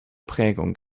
prägung